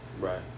Right